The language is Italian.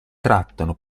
trattano